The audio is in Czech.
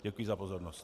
Děkuji za pozornost.